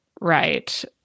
right